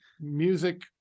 Music